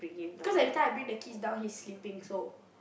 cause every time I bring the kids down he sleeping so